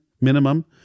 minimum